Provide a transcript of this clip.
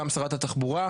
גם שרת התחבורה,